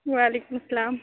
وعلیکم السّلام